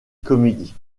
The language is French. comédies